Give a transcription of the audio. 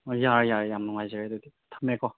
ꯍꯣꯏ ꯌꯥꯔꯦ ꯌꯥꯔꯦ ꯌꯥꯝ ꯅꯨꯡꯉꯥꯏꯖꯔꯒꯦ ꯑꯗꯨꯗꯤ ꯊꯝꯃꯦꯀꯣ